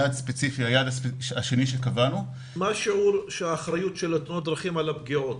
מה שיעור האחריות של תאונות הדרכים על הפגיעות?